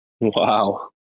Wow